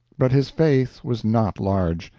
but his faith was not large.